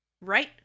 Right